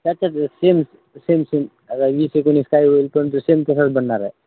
त्याच्या same same same आता वीस एकोणावीस काय होईल पण सेम तसंच बनणार आहे